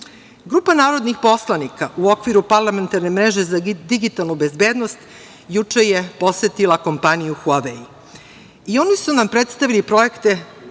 itd. Grupa narodnih poslanika u okviru parlamentarne mreže za digitalnu bezbednost juče je posetila kompaniju "Huavej". Oni su nam predstavili projekte